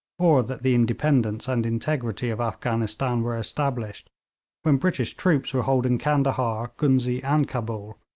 or that the independence and integrity of afghanistan were established when british troops were holding candahar, ghuznee and cabul,